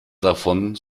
davon